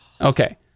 Okay